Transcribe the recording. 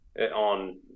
on